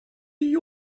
you